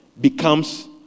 becomes